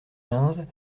quinze